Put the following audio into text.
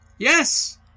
Yes